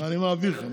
אני מעביר לך.